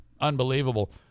unbelievable